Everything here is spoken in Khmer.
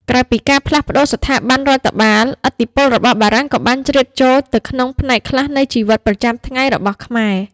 ក្រៅពីការផ្លាស់ប្ដូរស្ថាប័នរដ្ឋបាល ឥទ្ធិពលរបស់បារាំងក៏បានជ្រៀតចូលទៅក្នុងផ្នែកខ្លះនៃជីវិតប្រចាំថ្ងៃរបស់ខ្មែរ។